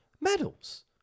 medals